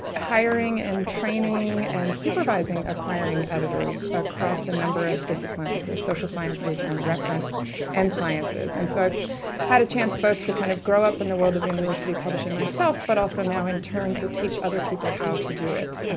hiring and training and supervising, acquiring editors across a number of disciplines, ah, social sciences and reference and sciences. and so i've had a chance both to kind of grow up in the world of university publishing myself, but also now in turn to teach other people how to do it. um,